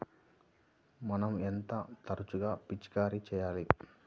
మనం ఎంత తరచుగా పిచికారీ చేయాలి?